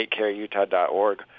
TakeCareUtah.org